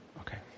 Okay